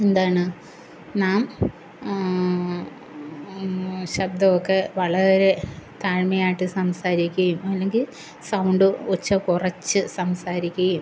എന്താണ് നാം ശബ്ദമൊക്കെ വളരെ താഴ്മയായിട്ട് സംസാരിക്കുകയും അല്ലെങ്കിൽ സൗണ്ട് ഒച്ച കുറച്ച് സംസാരിക്കുകയും